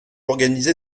organiser